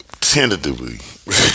tentatively